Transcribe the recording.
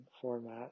format